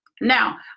Now